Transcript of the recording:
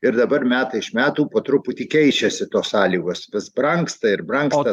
ir dabar metai iš metų po truputį keičiasi tos sąlygos vis brangsta ir brangsta